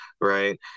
right